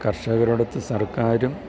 കർഷകരോടൊത്ത് സർക്കാരും